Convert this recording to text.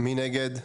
2 נגד,